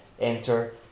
enter